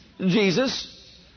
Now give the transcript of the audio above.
Jesus